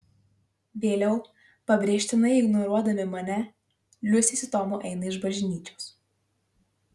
vėliau pabrėžtinai ignoruodami mane liusė su tomu eina iš bažnyčios